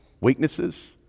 weaknesses